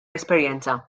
esperjenza